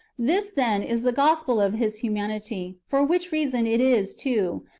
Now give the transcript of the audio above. this, then, is the gospel of his humanity for which reason it is, too,